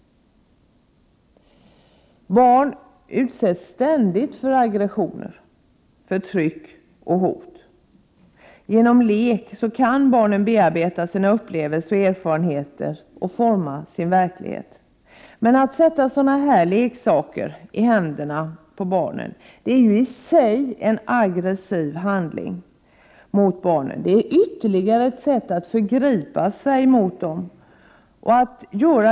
Barn utsätts ständigt för aggressioner, förtryck och hot. Genom lek kan barnen bearbeta sina upplevelser och erfarenheter och forma sin verklighet. Men att sätta sådana här våldsleksaker i deras händer är i sig en aggressiv handling mot barnen, ett ytterligare sätt att förgripa sig mot dem.